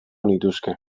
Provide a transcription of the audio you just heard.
nituzke